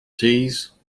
teas